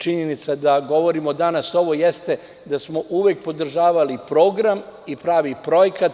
Činjenica da govorimo danas ovo jeste da smo uvek podržavali program i pravi projekat.